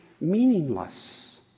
meaningless